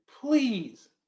please